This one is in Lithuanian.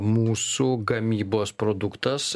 mūsų gamybos produktas